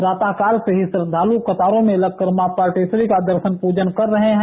प्रात काल से ही श्रद्दालु कतारों में लगकर मां पाटेश्वरी का दर्शन पूजन कर रहे है